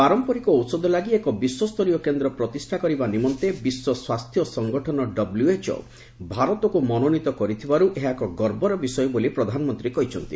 ପାରମ୍ପରିକ ଔଷଧ ଲାଗି ଏକ ବିଶ୍ୱସ୍ତରୀୟ କେନ୍ଦ୍ର ପ୍ରତିଷ୍ଠା କରିବା ନିମନ୍ତେ ବିଶ୍ୱ ସ୍ୱାସ୍ଥ୍ୟ ସଙ୍ଗଠନ ଡବ୍ୟୁଏଚ୍ଡ ଭାରତକୁ ମନୋନୀତ କରିଥିବାରୁ ଏହା ଏକ ଗର୍ବର ବିଷୟ ବୋଲି ପ୍ରଧାନମନ୍ତ୍ରୀ କହିଛନ୍ତି